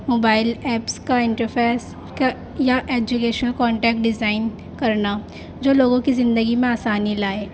mobile apps کا interface کا یا ایجوکیشنل کانٹیکٹ ڈیزائن کرنا جو لوگوں کی زندگی میں آسانی لائے